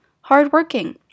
hardworking